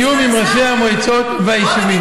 בתיאום עם ראשי המועצות והיישובים.